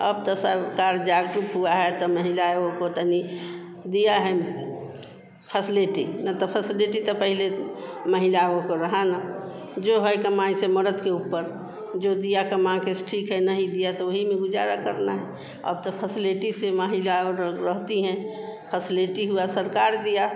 अब तो सरकार जागरुक हुआ है तो महिलाओं को तनि दिया है फसलिटी नहीं तो फसलिटी तो पहले महिलाओं को रहा ना जो है कमाई से मर्द के ऊपर जो दिया कमा के सो ठीक है नहीं दिया तो वही में गुज़ारा करना है अब तो फसलिटी से महिलाओं लोग रहती हैं फसलिटी हुआ सरकार दिया